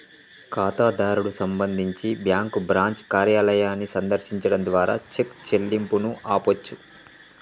ఖాతాదారుడు సంబంధించి bank branch కార్యాలయాన్ని సందర్శించడం ద్వారా చెక్ చెల్లింపును ఆపొచ్చు